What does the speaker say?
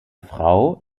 frau